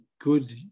good